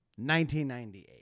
1998